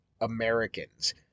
Americans